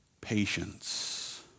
patience